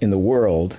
in the world,